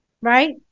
Right